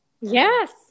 yes